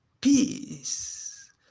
peace